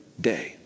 day